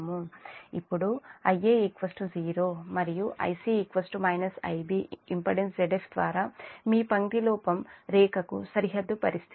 ఇప్పుడు Ia 0 మరియు Ic Ib impedance Zf ద్వారా మీ పంక్తి లోపం రేఖకు సరిహద్దు పరిస్థితి